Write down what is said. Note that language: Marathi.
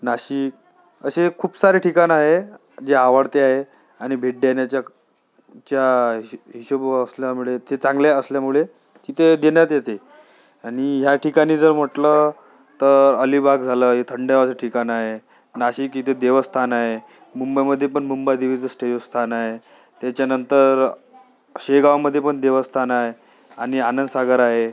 नाशिक असे खूप सारे ठिकाणं आहे जे आवडते आहे आणि भेट देण्याच्या क च्या हिशे हिशोबावर असल्यामुळे ते चांगले असल्यामुळे तिथे देण्यात येते आणि ह्या ठिकाणी जर म्हटलं तर अलीबाग झालं हे थंड हवेचं ठिकाण आहे नाशिक इथे देवस्थान आहे मुंबईमध्ये पण मुंबादेवीचं स्टेअस्थान आहे त्याच्यानंतर शेगावमध्ये पण देवस्थान आहे आणि आनंदसागर आहे